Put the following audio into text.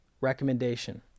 recommendation